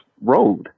road